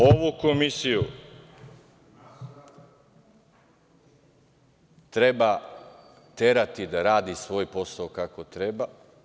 Ovu komisiju treba terati da radi svoj posao kako treba.